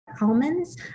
almonds